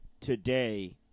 today